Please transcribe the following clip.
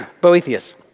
Boethius